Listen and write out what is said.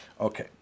Okay